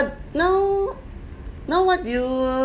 now now what do you